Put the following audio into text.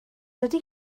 dydy